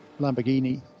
Lamborghini